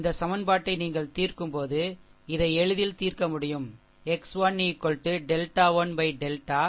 இந்த சமன்பாட்டை நீங்கள் தீர்க்கும்போது எனவே இதை எளிதில் தீர்க்க முடியும் x 1 டெல்டா1 டெல்டா